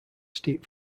steep